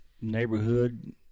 neighborhood